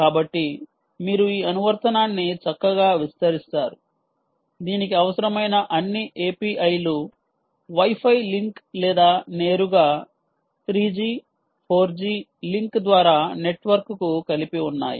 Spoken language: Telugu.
కాబట్టి మీరు ఈ అనువర్తనాన్ని చక్కగా విస్తరిస్తారు దీనికి అవసరమైన అన్ని API లు Wi Fi లింక్ లేదా నేరుగా 3 జి 4 జి లింక్ ద్వారా నెట్వర్క్కు కలిపి ఉన్నాయి